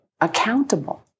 accountable